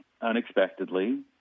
unexpectedly